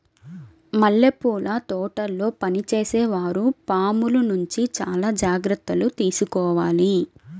మల్లెపూల తోటల్లో పనిచేసే వారు పాముల నుంచి చాలా జాగ్రత్తలు తీసుకోవాలి